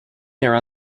there